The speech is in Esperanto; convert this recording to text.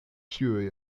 ĉiuj